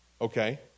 okay